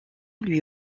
lui